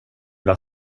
vad